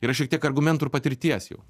yra šiek tiek argumentų ir patirties jau